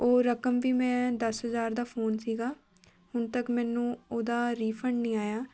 ਉਹ ਰਕਮ ਵੀ ਮੈਂ ਦਸ ਹਜ਼ਾਰ ਦਾ ਫੋਨ ਸੀਗਾ ਹੁਣ ਤੱਕ ਮੈਨੂੰ ਉਹਦਾ ਰੀਫੰਡ ਨਹੀਂ ਆਇਆ